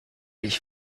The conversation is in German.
ich